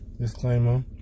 Disclaimer